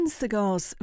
cigars